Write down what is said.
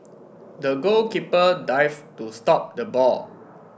the goalkeeper dived to stop the ball